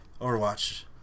Overwatch